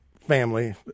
family